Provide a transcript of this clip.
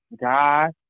God